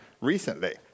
recently